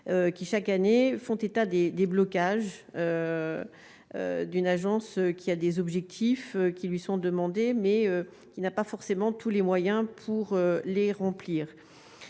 qui chaque année font état des déblocages d'une agence qui a des objectifs qui lui sont demandés mais qui n'a pas forcément tous les moyens pour les remplir